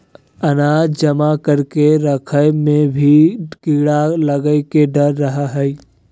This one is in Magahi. अनाज जमा करके रखय मे भी कीड़ा लगय के डर रहय हय